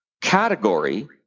category